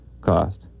cost